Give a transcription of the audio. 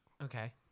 Okay